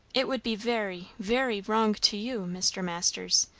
it would be very, very wrong to you, mr. masters!